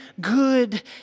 good